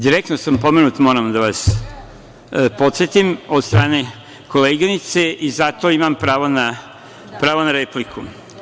Direktno sam pomenut, moram da vas podsetim, od strane koleginice i zato imam pravo na repliku.